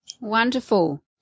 Wonderful